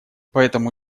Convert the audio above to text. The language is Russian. поэтому